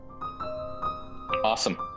awesome